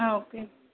ஆ okay